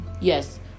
yes